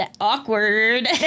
awkward